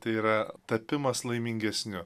tai yra tapimas laimingesniu